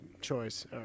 ...choice